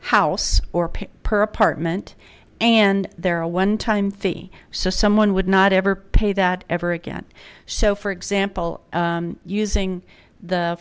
house or pay per apartment and there are a one time fee so someone would not ever pay that ever again so for example using the